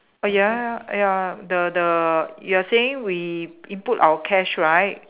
ya ya the the you are saying we input our cash right